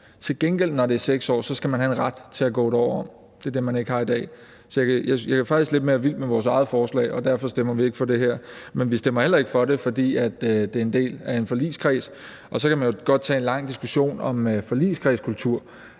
når det er 6 år, have en ret til at gå 1 år om, og det er det, man ikke har i dag. Så jeg er faktisk lidt mere vild med vores eget forslag, og derfor stemmer vi ikke for det her. Men vi stemmer heller ikke for det, fordi det er en del af et forlig, og så kan man jo godt tage en lang diskussion om forligskredskultur.